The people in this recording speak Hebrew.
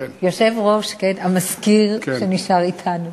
יושב-ראש, כן, והמזכיר שנשאר אתנו,